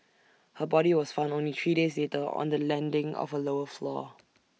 her body was found only three days later on the landing of A lower floor